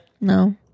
no